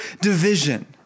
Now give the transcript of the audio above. division